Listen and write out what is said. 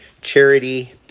charity